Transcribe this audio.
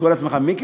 מיקי